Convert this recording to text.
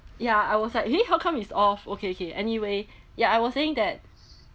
ya I was like eh how come it's off okay okay anyway ya I was saying that